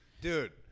Dude